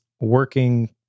working